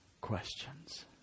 questions